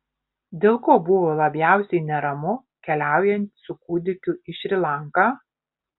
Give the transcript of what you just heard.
dėl ko buvo labiausiai neramu keliaujant su kūdikiu į šri lanką